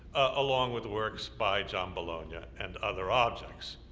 along with works by john bologna and other objects.